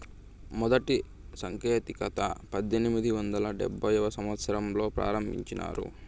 మొదటి సాంకేతికత పద్దెనిమిది వందల డెబ్భైవ సంవచ్చరంలో ప్రారంభించారు